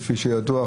כפי שידוע.